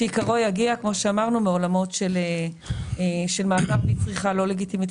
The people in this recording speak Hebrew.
שעיקרו יגיע מהעולמות של מעבר מצריכה לא לגיטימית